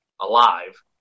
alive